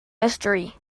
mystery